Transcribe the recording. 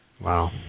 Wow